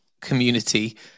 community